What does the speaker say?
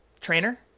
trainer